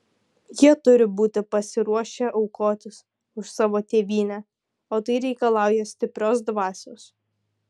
jie turi būti pasiruošę aukotis už savo tėvynę o tai reikalauja stiprios dvasios